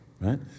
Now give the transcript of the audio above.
right